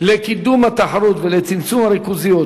לקידום התחרות ולצמצום הריכוזיות,